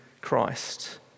Christ